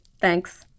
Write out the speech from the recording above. thanks